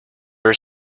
were